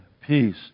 peace